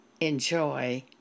enjoy